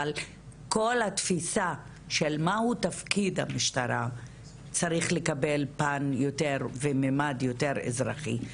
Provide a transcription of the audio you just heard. אבל כל התפיסה של מהו תפקיד המשטרה צריך לקבל פן או מימד יותר אזרחי.